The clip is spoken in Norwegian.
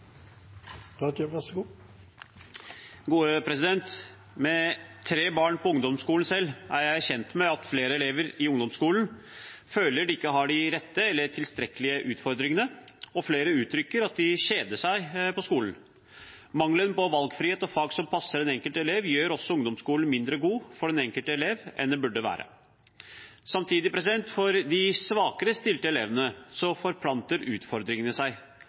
Med tre barn på ungdomsskolen er jeg kjent med at flere elever i ungdomsskolen føler de ikke har de rette eller tilstrekkelig med utfordringer, og flere uttrykker at de kjeder seg på skolen. Mangelen på valgfrihet og fag som passer den enkelte elev, gjør også ungdomsskolen mindre god for den enkelte elev enn den burde være. Samtidig forplanter utfordringene seg for de svakere stilte elevene.